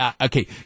okay